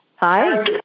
Hi